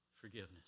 forgiveness